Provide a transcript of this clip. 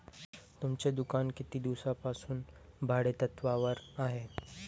तुमचे दुकान किती दिवसांपासून भाडेतत्त्वावर आहे?